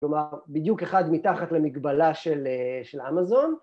כלומר, בדיוק אחד מתחת למגבלה של אמזון.